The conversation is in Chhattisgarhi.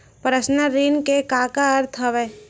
पर्सनल ऋण के का अर्थ हवय?